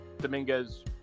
Dominguez